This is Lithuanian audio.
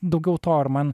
daugiau to ir man